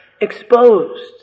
exposed